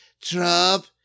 Trump